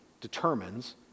determines